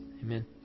Amen